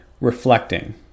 reflecting